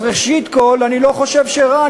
אז ראשית כול, אני לא חושב שרע.